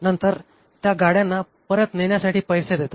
नंतर त्या गाडयांना परत नेण्यासाठी पैसे देतात